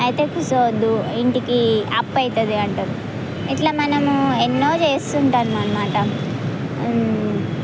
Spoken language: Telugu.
అయితే కూర్చోవద్దు ఇంటికి అప్పు అవుతుంది అంటారు ఇట్లా మనము ఎన్నో చేస్తు ఉంటాం అన్నమాట